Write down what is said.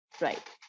Right